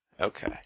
Okay